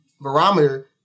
Barometer